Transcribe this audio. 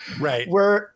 Right